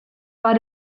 war